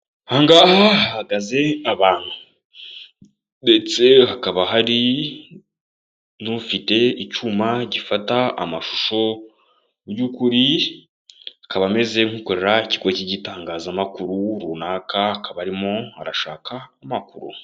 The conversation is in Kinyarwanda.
Aha ngaha hahagaze abantu, ndetse hakaba hari n'ufite icyuma gifata amashusho y'ukuri, akaba ameze nk'ukorera ikigo cy'itangazamakuru runaka, akaba arimo arashaka amakuru.